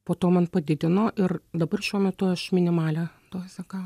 po to man padidino ir dabar šiuo metu aš minimalią dozę gau